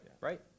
Right